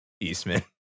Eastman